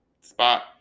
spot